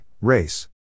race